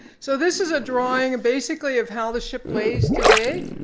so this is a drawing basically of how the ship lays today.